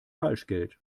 falschgeld